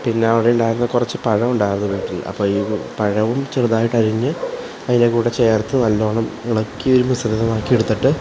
പിന്നെ അവിടെയുണ്ടായിരുന്ന കുറച്ച് പഴം ഉണ്ടായിരുന്നു വീട്ടില് അപ്പോള് ഈ പഴവും ചെറുതായിട്ട് അരിഞ്ഞ് അതിന്റെ കൂടെ ചേര്ത്ത് നല്ലവണ്ണം ഇളക്കി ഒരു മിശ്രിതമാക്കിയെടുത്തിട്ട്